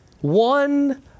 one